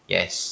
Yes